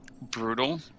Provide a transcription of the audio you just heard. brutal